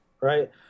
right